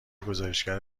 گزارشگر